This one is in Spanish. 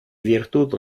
virtud